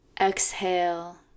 Exhale